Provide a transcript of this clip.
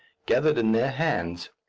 gathered in their hands.